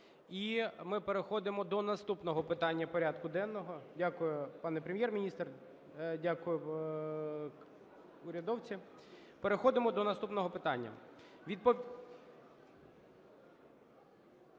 І ми переходимо до наступного питання порядку денного. Дякую, пане Прем'єр-міністр. Дякую, урядовці. Переходимо до наступного питання…